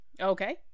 Okay